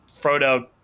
Frodo